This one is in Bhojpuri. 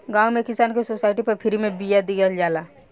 गांव में किसान के सोसाइटी पर फ्री में बिया देहल जाला